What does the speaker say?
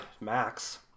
Max